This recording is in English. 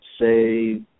say